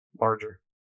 larger